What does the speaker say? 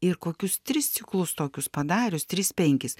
ir kokius tris ciklus tokius padarius tris penkis